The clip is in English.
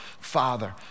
Father